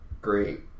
great